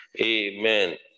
Amen